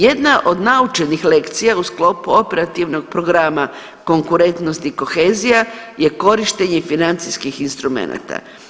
Jedna od naučenih lekcija u sklopu operativnog programa konkurentnost i kohezija je korištenje financijskih instrumenata.